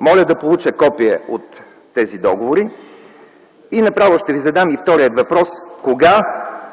Моля да получа копие от тези договори. Направо ще Ви задам и вторият въпрос: кога